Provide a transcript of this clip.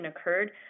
occurred